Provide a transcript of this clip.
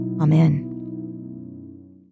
Amen